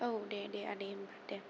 औ दे दे आदै होनबा दे